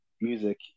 music